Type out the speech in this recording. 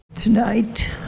Tonight